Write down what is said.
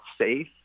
safe